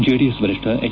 JDS ವರಿಷ್ಠ ಹೆಚ್